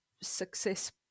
success